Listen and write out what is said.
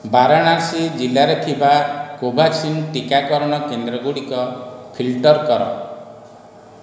ବାରଣାସୀ ଜିଲ୍ଲାରେ ଥିବା କୋଭାକ୍ସିନ୍ ଟିକାକରଣ କେନ୍ଦ୍ର ଗୁଡ଼ିକ ଫିଲଟର୍ କର